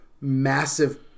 massive